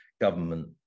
government